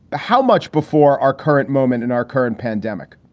but how much before our current moment in our current pandemic?